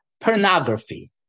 Pornography